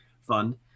fund